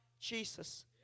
Jesus